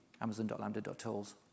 Amazon.lambda.tools